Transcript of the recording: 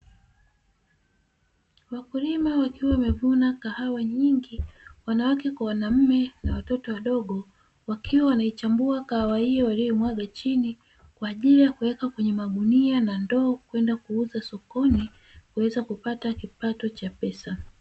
Wakulima wakiwa wamevuna kahawa nyingi, wanawake kwa wanaume, na watoto wadogo, wakiwa wanaichambua kahawa hiyo walioimwaga chini kwa ajili ya kuweka kwenye magunia na ndoo kwenda kuuza Sokoni kuweza kupata kipato cha pesa.